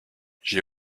j’ai